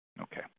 Okay